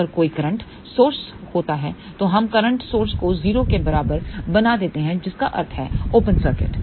अगर कोई current source होता तो हम करंट सोर्स को 0 के बराबर बना देते जिसका अर्थ है ओपन सर्किट